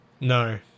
No